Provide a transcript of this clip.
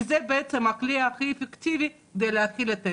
וזה הכלי הכי אפקטיבי כדי להכיל את האירוע.